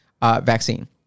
vaccine